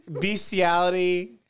bestiality